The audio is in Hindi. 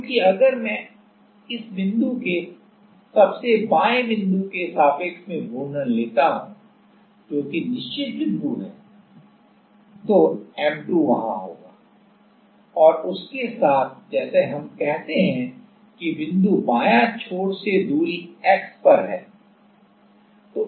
क्योंकि अगर मैं इस बिंदु के सबसे बाएं बिंदु के सापेक्ष में घूर्णन लेता हूं जो कि निश्चित बिंदु है तो M2 वहां होगा और उसके साथ जैसे हम कहते हैं कि बिंदु बायां छोर से दूरी x पर है